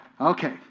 Okay